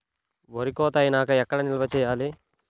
వరి కోత అయినాక ఎక్కడ నిల్వ చేయాలి?